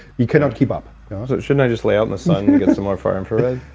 you cannot keep up shouldn't i just lay out in the sun and get some more far infrared?